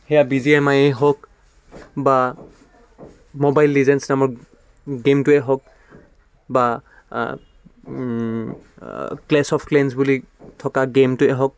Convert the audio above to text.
সেয়া B G M I হওক বা মোবাইল লিজেন্স নামৰ গেমটোৱে হওক বা ক্লেছ অফ ক্লেনছ বুলি থকা গেমটোৱে হওক